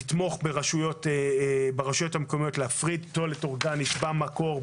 נתמוך ברשויות מקומיות להפריד פסולת אורגנית במקור,